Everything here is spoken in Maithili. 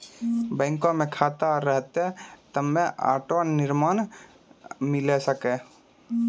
बैंको मे खाता रहतै तभ्भे आटो ऋण मिले सकै